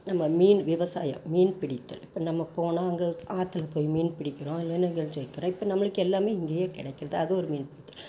நம்ம மீன் விவசாயம் மீன் பிடித்தல் இப்போ நம்ம போனால் அங்கே ஆற்றுல போய் மீன் பிடிக்கிறோம் இல்லைன்னா இங்கே இப்போ நம்மளுக்கு எல்லாமே இங்கேயே கிடைக்கிறது அது ஒரு மீன் பிடித்தல்